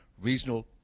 Regional